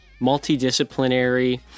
multidisciplinary